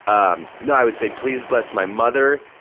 um no, i would say, please bless my mother,